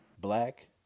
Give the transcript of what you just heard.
black